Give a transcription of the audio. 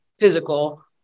physical